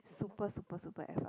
super super super F up